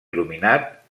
il·luminat